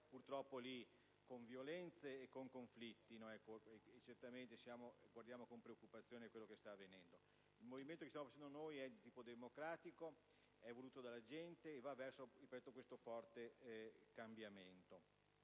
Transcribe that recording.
purtroppo lì con violenze e con conflitti. Certamente guardiamo con preoccupazione a quanto sta avvenendo. Il movimento che stiamo facendo noi è di tipo democratico, è voluto dalla gente e va verso questo forte cambiamento.